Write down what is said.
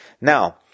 Now